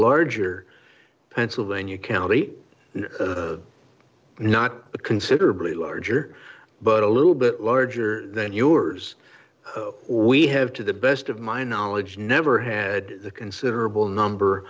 larger pennsylvania county and not a considerably larger but a little bit larger than yours we have to the best of my knowledge never had the considerable number